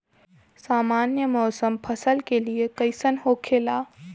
सामान्य मौसम फसल के लिए कईसन होखेला?